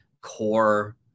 core